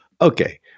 Okay